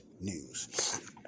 news